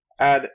Add